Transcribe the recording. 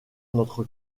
notre